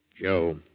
Joe